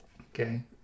Okay